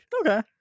Okay